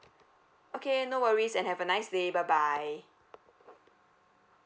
okay no worries and have a nice day bye bye